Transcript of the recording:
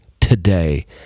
today